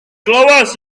glywais